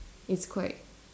it's quite